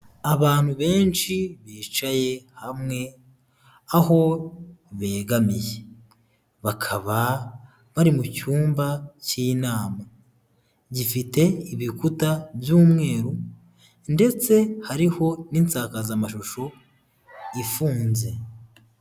Abantu benshi bicaye hamwe aho begamye, bakaba bari mu cyumba cy'inama, gifite ibikuta by'umweru ndetse hariho n'insakazamashusho ifunze.